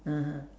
(uh huh)